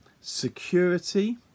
security